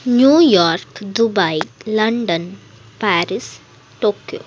New York Dubai London Paris Tokyo